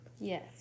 Yes